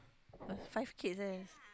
uh five kids eh